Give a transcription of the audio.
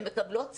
הן מקבלות שכר,